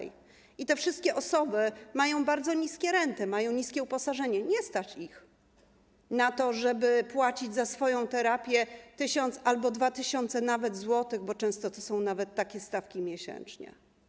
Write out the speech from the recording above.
I te wszystkie osoby mają bardzo niskie renty, mają niskie uposażenie, nie stać ich na to, żeby płacić za swoją terapię 1000 zł albo 2000 zł, bo często to są nawet takie stawki miesięcznie.